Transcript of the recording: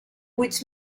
which